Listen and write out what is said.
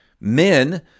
men